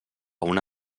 una